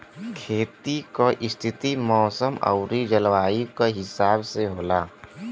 खेती क स्थिति मौसम आउर जलवायु क हिसाब से होला